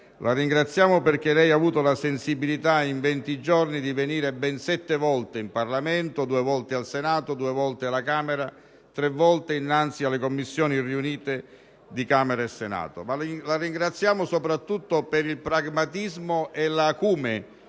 La ringraziamo perché lei ha avuto la sensibilità, in 20 giorni, di venire ben sette volte in Parlamento: due volte in Senato, due volte alla Camera e tre volte innanzi alle Commissioni riunite di Camera e Senato. La ringraziamo soprattutto per il pragmatismo e l'acume